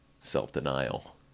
self-denial